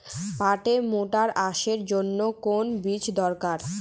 পাটের মোটা আঁশের জন্য কোন বীজ দরকার?